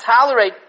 tolerate